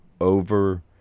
over